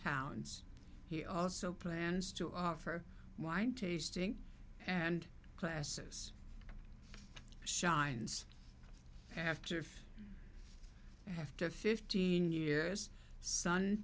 towns he also plans to offer wine tasting and classes shines after if i have to fifteen years s